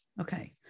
Okay